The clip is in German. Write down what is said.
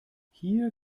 hier